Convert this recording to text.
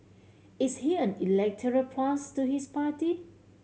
is he an electoral plus to his party